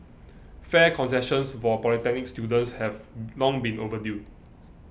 fare concessions for polytechnic students have long been overdue